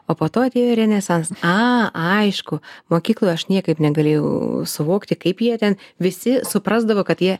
o po to atėjo renesans a aišku mokykloj aš niekaip negalėjau suvokti kaip jie ten visi suprasdavo kad jie